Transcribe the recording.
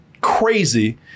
crazy